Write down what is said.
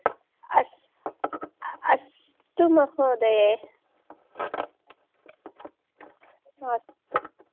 अस् अस्तु महोदये अस्तु